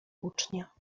ucznia